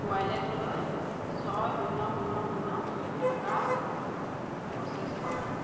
ৱালেটলৈ ছয় শূন্য শূন্য শূন্য টকা প্ৰ'চেছ কৰক